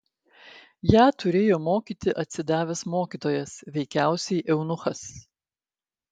ją turėjo mokyti atsidavęs mokytojas veikiausiai eunuchas